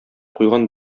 куйган